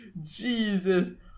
Jesus